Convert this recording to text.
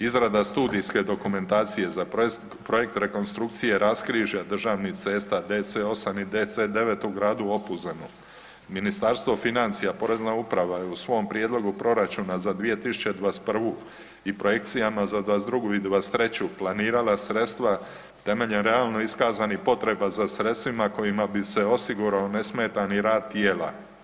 Izrada studijske dokumentacije za projekt rekonstrukcije raskrižja državnih cesta DC-8 i DC-9 u gradu Opuzenu, Ministarstvo financija, Porezna uprava je u svom prijedlogu proračuna za 2021. i projekcijama za '22. i '23. planirala sredstva temeljem realno iskazanih potreba za sredstvima kojima bi se osigurao nesmetani rad tijela.